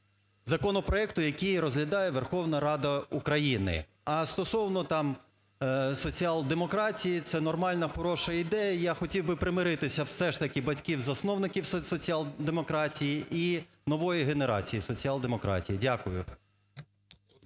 законопроекту, який розглядає Верховна Рада України. А стосовно там соціал-демократії, це нормальна, хороша ідея. Я хотів би примирити все ж таки батьків-засновників соціал-демократії і нової генерації соціал-демократії. Дякую.